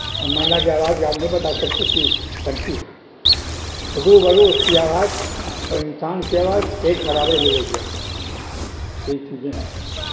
اور مینا کی آواز آپ نہیں بتا سکتے کہ پنچھی ہے روبرو اس کی آواز اور انسان کی آواز ایک برابر ملے گی آپ کو یہی چیزیں ہیں